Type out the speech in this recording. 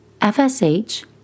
FSH